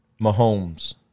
Mahomes